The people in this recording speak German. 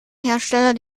hersteller